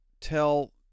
tell